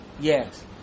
Yes